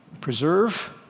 Preserve